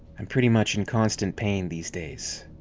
i'm pretty much in constant pain these days.